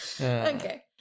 Okay